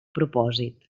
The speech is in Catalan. propòsit